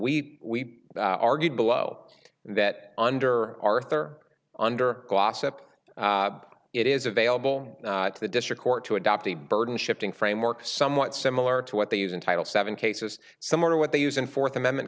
we argued below that under arthur under it is available to the district court to adopt a burden shifting framework somewhat similar to what they use in title seven cases similar to what they use in fourth amendment